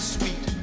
sweet